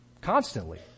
Constantly